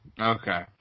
Okay